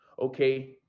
Okay